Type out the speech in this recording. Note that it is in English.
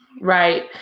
Right